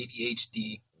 ADHD